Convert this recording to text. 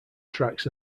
tracks